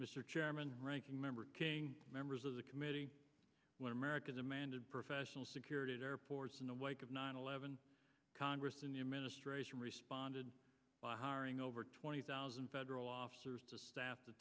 mr chairman ranking member members of the committee when america demanded professional security at airports in the wake of nine eleven congress and the administration responded by hiring over twenty thousand federal officers to staff the